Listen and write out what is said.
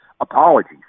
apologies